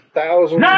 thousand